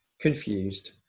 confused